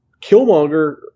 Killmonger